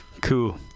Cool